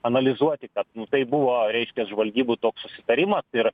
analizuoti kad tai buvo reiškia žvalgybų toks susitarimas ir